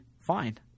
fine